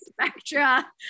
spectra